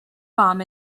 bomb